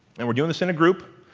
and we're doing this in a group,